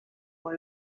boy